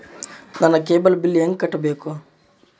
ನನ್ನ cable bill ಹೆಂಗ ಕಟ್ಟಬೇಕು?